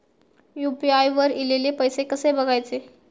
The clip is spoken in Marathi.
यू.पी.आय वर ईलेले पैसे कसे बघायचे?